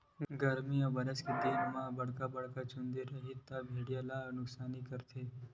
गरमी अउ बरसा के दिन म बड़का बड़का चूंदी रइही त भेड़िया ल नुकसानी करथे